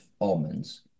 almonds